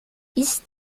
ist